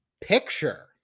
picture